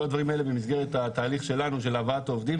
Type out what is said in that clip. כל הדברים האלה מתבצעים במסגרת התהליך שלנו של הבאת העובדים,